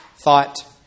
thought